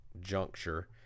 juncture